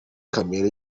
kamere